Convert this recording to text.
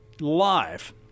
live